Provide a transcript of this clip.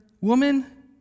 woman